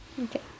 Okay